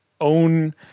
own